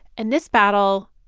and this battle,